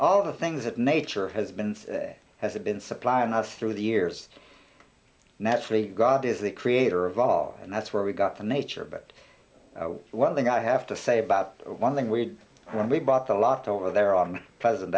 of the things that nature has been has a been supplying us through the years naturally god is the creator of all and that's where we got to nature but one thing i have to say about one thing we did when we bought the lot over there on present